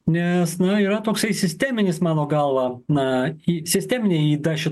nes na yra toksai sisteminis mano galva na sisteminė yda